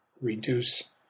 reduce